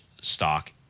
stock